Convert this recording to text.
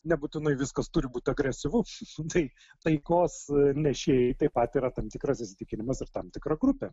nebūtinai viskas turi būti agresyvu tai taikos nešėjai taip pat yra tam tikras įsitikinimas ir tam tikra grupė